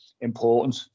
Important